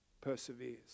perseveres